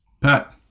Pat